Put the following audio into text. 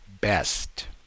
best